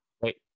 Wait